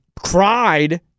cried